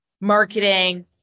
marketing